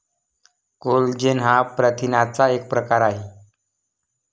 collagen हा प्रथिनांचा एक प्रकार आहे